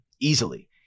easily